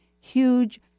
huge